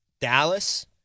Dallas